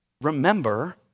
remember